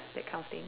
that kind of thing